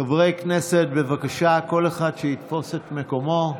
חברי הכנסת, בבקשה, כל אחד שיתפוס את מקומו.